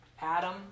Adam